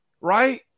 right